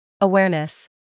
Awareness